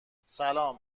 سلام